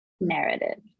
narrative